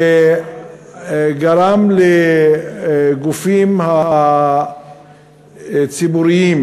וגרם לגופים הציבוריים